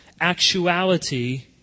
actuality